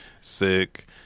sick